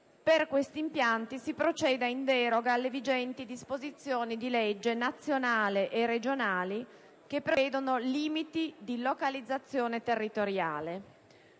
combustibile solido, si procede in deroga alle vigenti disposizioni di leggi regionali e nazionali che prevedono limiti di localizzazione territoriale,